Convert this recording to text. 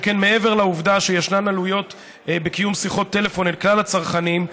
שכן מעבר לעובדה שישנן עלויות בקיום שיחות טלפון אל כלל הצרכנים,